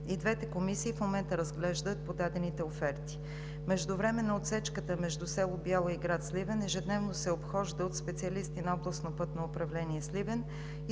и двете комисии разглеждат подадените оферти. Междувременно отсечката между село Бяла и град Сливен ежедневно се обхожда от специалисти на Областно пътно управление – Сливен,